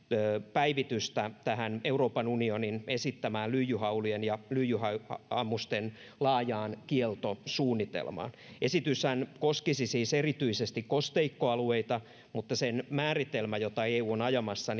päivitystä tähän euroopan unionin esittämään lyijyhaulien ja lyijyammusten laajaan kieltosuunnitelmaan esityshän koskisi siis erityisesti kosteikkoalueita mutta sen määritelmä jota eu on ajamassa